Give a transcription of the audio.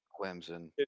Clemson